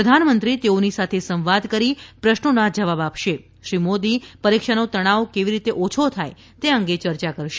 પ્રધાનમંત્રી તેઓની સાથે સંવાદ કરી પ્રશ્નોના જવાબ આપશે શ્રી મોદી પરીક્ષાનો તણાવ કેવી રીતે ઓછો થાય તે અંગે ચર્ચા કરશે